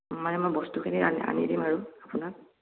মানে মই বস্তুখিনি আনি আনি দিম আৰু আপোনাক